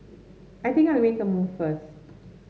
I think I'll make a move first